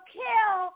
kill